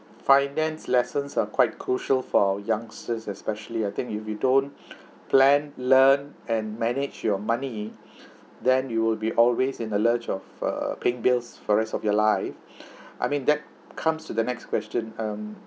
finance lessons are quite crucial for youngsters especially I think if we don't plan learn and manage your money then you will be always in the lurch of uh paying bills for rest of your life I mean that comes to the next question um